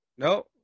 No